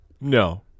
No